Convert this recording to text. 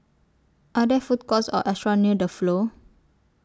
Are There Food Courts Or restaurants near The Flow